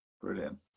Brilliant